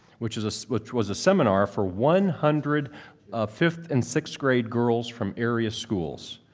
which was so which was a seminar for one hundred fifth and sixth grade girls from area schools.